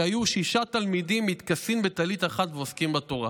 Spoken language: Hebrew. שהיו שישה תלמידים מתכסין בטלית אחת ועוסקין בתורה".